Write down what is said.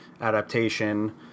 adaptation